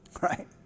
right